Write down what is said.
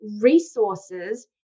resources